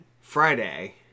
Friday